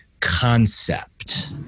concept